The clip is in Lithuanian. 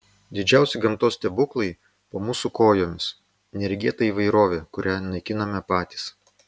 didžiausi gamtos stebuklai po mūsų kojomis neregėta įvairovė kurią naikiname patys